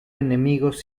enemigos